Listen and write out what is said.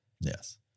Yes